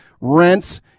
rents